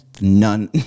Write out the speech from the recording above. none